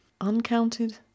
Uncounted